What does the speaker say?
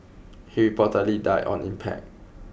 he reportedly died on impact